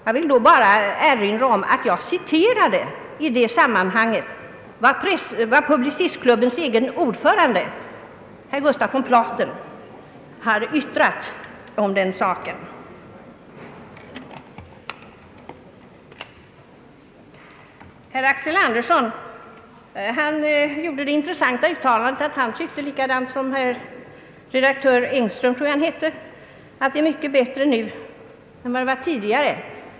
Jag vill då erinra om att jag i det sammanhanget citerade vad Publicistklubbens egen ordförande Gustaf von Platen hade yttrat om den saken. Herr Axel Andersson gjorde det intressanta uttalandet att han — liksom den nämnde redaktör Engström — tyckte att det är mycket bättre nu än tidigare.